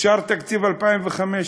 אושר תקציב 2015,